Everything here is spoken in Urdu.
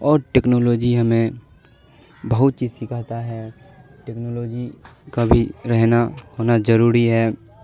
اور ٹیکنالوجی ہمیں بہت چیز سکھاتا ہے ٹیکنالوجی کا بھی رہنا ہونا ضروری ہے